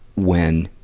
when